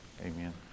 amen